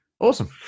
Awesome